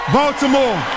Baltimore